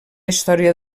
història